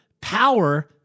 power